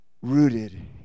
rooted